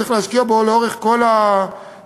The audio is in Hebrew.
צריך להשקיע בו לאורך כל התהליך.